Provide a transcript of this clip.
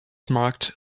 marked